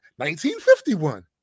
1951